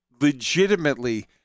legitimately